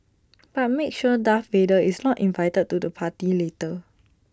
but make sure Darth Vader is not invited to the party later